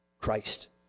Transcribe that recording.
Christ